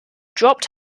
dropped